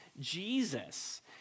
Jesus